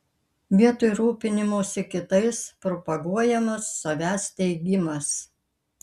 vietoj rūpinimosi kitais propaguojamas savęs teigimas